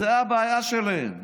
זאת הבעיה שלהם.